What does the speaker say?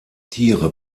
tiere